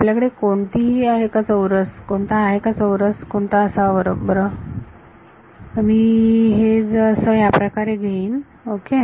आपल्याकडे कोणतीही आहे का चौरस कोणता असावा बरोबर तर जर मी हे असे याप्रकारे घेईन ओके